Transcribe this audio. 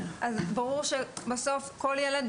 ברור שבסוף כל ילד,